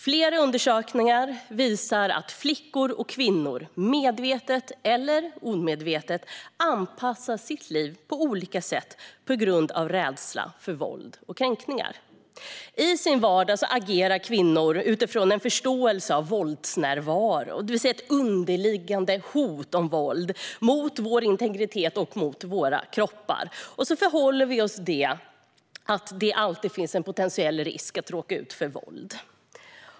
Flera undersökningar visar att flickor och kvinnor medvetet eller omedvetet anpassar sina liv på olika sätt på grund av rädsla för våld och kränkningar. I vardagen agerar kvinnor utifrån en förståelse av våldsnärvaro, det vill säga ett underliggande hot om våld mot vår integritet och våra kroppar. Vi förhåller oss till att det alltid finns en potentiell risk för att råka ut för våld.